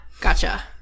Gotcha